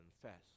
confess